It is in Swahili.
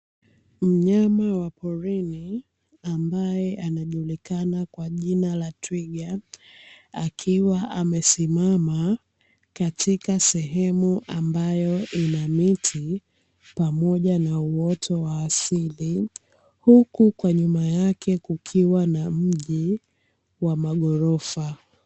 Mnyama wa porini, ambaye anajulikana kwa jina la twiga, akiwa amesimama katika sehemu ambayo ina miti pamoja na uoto wa asili, huku kwa nyuma yake kukiwa na mji wa maghorofa.